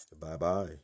Bye-bye